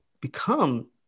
become